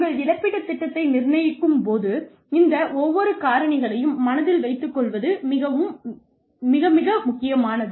உங்கள் இழப்பீட்டுத் திட்டத்தை நிர்ணயிக்கும் போது இந்த ஒவ்வொரு காரணிகளையும் மனதில் வைத்துக் கொள்வது மிகவும் மிக மிக முக்கியமானது